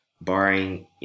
barring